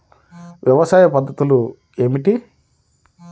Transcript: వ్యవసాయ పద్ధతులు ఏమిటి?